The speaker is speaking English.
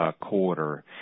quarter